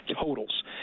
totals